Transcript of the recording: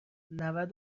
نود